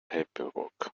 paperwork